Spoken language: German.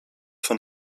von